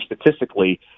statistically